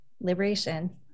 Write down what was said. liberation